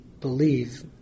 believe